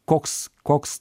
koks koks